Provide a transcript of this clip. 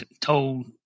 told